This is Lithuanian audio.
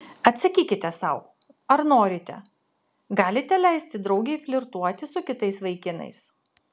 atsakykite sau ar norite galite leisti draugei flirtuoti su kitais vaikinais